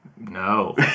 No